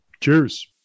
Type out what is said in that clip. Cheers